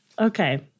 Okay